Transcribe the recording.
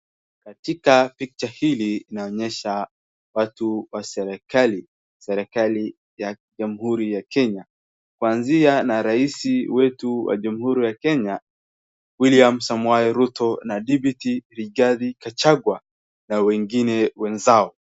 Watu wa serikali wa jamhuri ya Kenya. Kuanzia na raisi wetu wa jamhuri ya Kenya William Samoei Ruto na deputy Rigathi Gachagua na wengine wenzao.